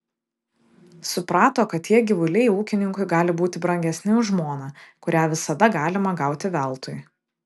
suprato kad tie gyvuliai ūkininkui gali būti brangesni už žmoną kurią visada galima gauti veltui